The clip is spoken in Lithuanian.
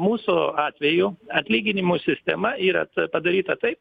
mūsų atveju atlyginimų sistema yra padaryta taip